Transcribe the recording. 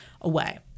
away